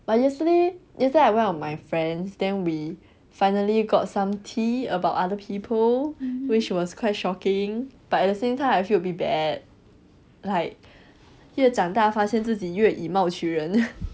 but yesterday yesterday I went out with my friends then we finally got some tea about other people which was quite shocking but at the same time I feel a bit bad like 越长大发现自己越以貌取人